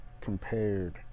compared